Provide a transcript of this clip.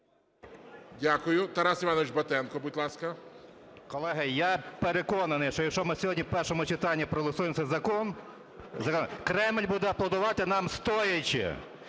Дякую. Тарас Іванович Батенко, будь ласка. 13:07:07 БАТЕНКО Т.І. Колеги, я переконаний, що якщо ми сьогодні в першому читанні проголосуємо цей закон, Кремль буде аплодувати нам, стоячи.